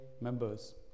members